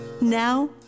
Now